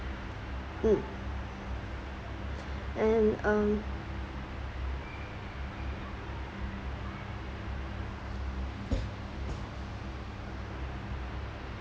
mm and um